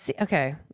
Okay